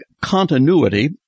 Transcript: continuity